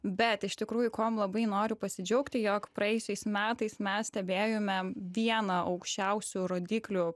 bet iš tikrųjų kuom labai noriu pasidžiaugti jog praėjusiais metais mes stebėjome vieną aukščiausių rodiklių